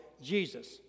Jesus